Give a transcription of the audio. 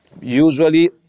Usually